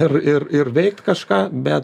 ir ir ir veikt kažką bet